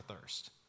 thirst